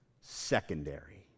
secondary